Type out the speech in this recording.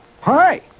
Hi